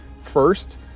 first